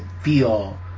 feel